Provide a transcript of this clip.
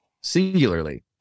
singularly